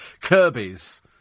Kirby's